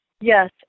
Yes